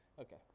Okay